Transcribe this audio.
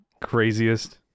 craziest